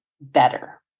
better